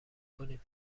کنیم